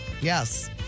Yes